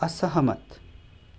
असहमत